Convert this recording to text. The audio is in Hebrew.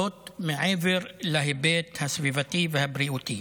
זאת מעבר להיבט הסביבתי והבריאותי.